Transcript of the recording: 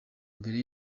mbere